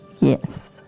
Yes